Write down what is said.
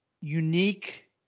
unique